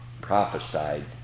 prophesied